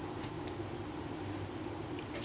mm yup mm hm